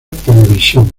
televisión